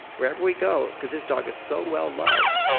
wherever we go, because this dog is so well loved,